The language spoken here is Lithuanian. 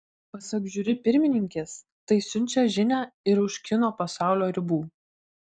pasak žiuri pirmininkės tai siunčia žinią ir už kino pasaulio ribų